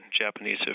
Japanese